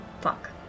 Fuck